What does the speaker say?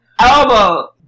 Elbow